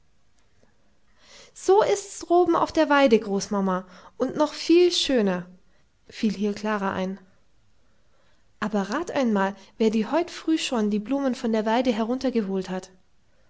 so ist's droben auf der weide großmama und noch viel schöner fiel hier klara ein aber rat einmal wer dir heut früh schon die blumen von der weide heruntergeholt hat